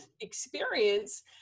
experience